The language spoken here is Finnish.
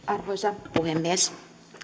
arvoisa puhemies